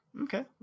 Okay